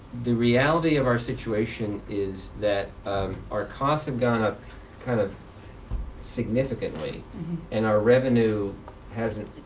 the reality of our situation is that our costs have gone up kind of significantly and our revenue hasn't,